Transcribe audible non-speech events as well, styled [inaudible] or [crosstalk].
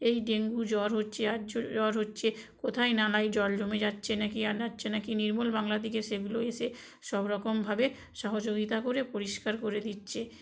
এই ডেঙ্গু জ্বর হচ্ছে আর জ্বর হচ্ছে কোথায় নালায় জল জমে যাচ্ছে না কি আর [unintelligible] না কি নির্মল বাংলা থেকে সেগুলো এসে সব রকমভাবে সহযোগিতা করে পরিষ্কার করে দিচ্ছে